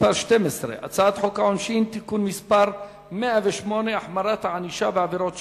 הצעת חוק העונשין (תיקון מס' 108) (החמרת הענישה בעבירות שוחד),